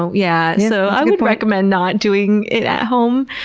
so yeah so i would recommend not doing it at home.